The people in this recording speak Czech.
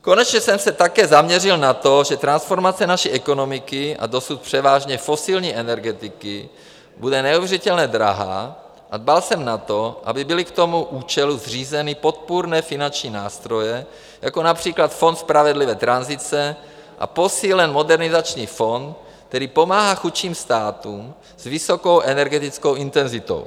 Konečně jsem se také zaměřil na to, že transformace naší ekonomiky a dosud převážně fosilní energetiky bude neuvěřitelně drahá, a dbal jsem na to, aby byly k tomu účelu zřízeny podpůrné finanční nástroje, jako např. Fond spravedlivé tranzice, a posílen Modernizační fond, který pomáhá chudším státům s vysokou energetickou intenzitou.